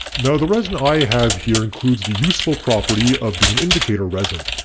now the resin i have here includes the useful property of being an indicator resin.